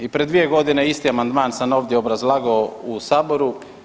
I prije 2 godine isti amandman sam ovdje obrazlagao u saboru.